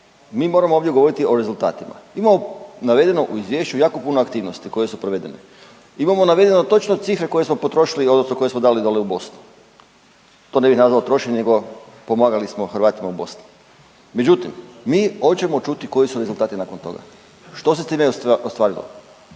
Mi moramo ovdje govoriti o rezultatima. Imamo navedeno u izvješću jako puno aktivnosti koje su provedene, imamo navedeno točno cifre koje smo potrošili, odnosno koje smo dali dole u Bosnu. To ne bih nazvao trošenje, nego pomagali smo Hrvatima u Bosni. Međutim, mi hoćemo čuti koji su rezultati nakon toga, što se time ostvarilo?